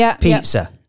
pizza